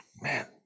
Man